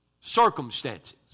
circumstances